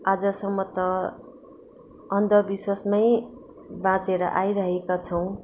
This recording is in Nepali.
आजसम्म त अन्धविश्वासमै बाँचेर आइरहेका छौँ